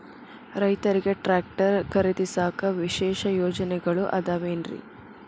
ರೈತರಿಗೆ ಟ್ರ್ಯಾಕ್ಟರ್ ಖರೇದಿಸಾಕ ವಿಶೇಷ ಯೋಜನೆಗಳು ಅದಾವೇನ್ರಿ?